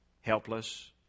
Helpless